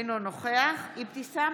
אינו נוכח אבתיסאם